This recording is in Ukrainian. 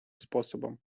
способом